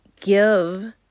give